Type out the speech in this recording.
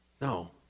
No